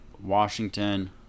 washington